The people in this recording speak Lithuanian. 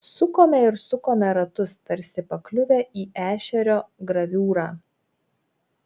sukome ir sukome ratus tarsi pakliuvę į ešerio graviūrą